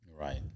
Right